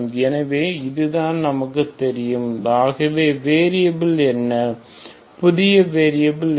எனவே அதுதான் நமக்குத் தெரியும் ஆகவே வேரியபில்கள் என்ன புதிய வேரியபில்கள் என்ன